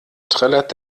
trällert